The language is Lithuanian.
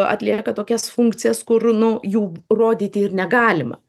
atlieka tokias funkcijas kur nu jų rodyti ir negalima